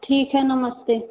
ठीक है नमस्ते